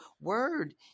word